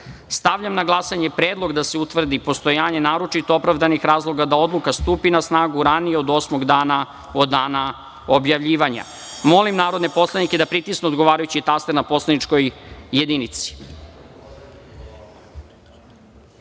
na glasanje predlog da se utvrdi postojanje naročito opravdanih razloga da odluka stupi na snagu ranije od osmog dana od dana objavljivanja. Molim narodne poslanike da pritisnu odgovarajući taster na poslaničkoj